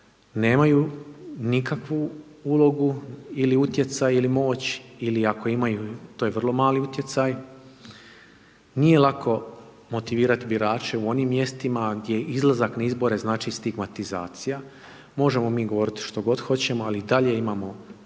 nemaju nikakvu ulogu ili utjecaj ili moć ili ako imaju, to je vrlo mali utjecaj, nije lako motivirat birače u onim mjestima gdje izlazak na izbore znači stigmatizacija, možemo mi govorit što god hoćemo, ali i dalje imamo